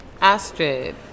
Astrid